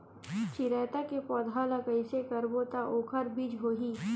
चिरैता के पौधा ल कइसे करबो त ओखर बीज होई?